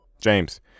James